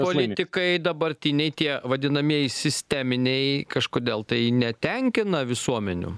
politikai dabartiniai tie vadinamieji sisteminiai kažkodėl tai netenkina visuomenių